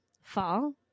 Fall